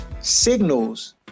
signals